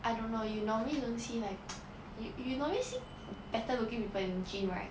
I don't know you normally don't see like you you normally see better looking people in the gym right